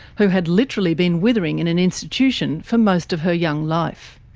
who had literally been withering in an institution for most of her young life.